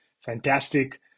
fantastic